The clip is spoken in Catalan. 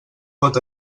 pot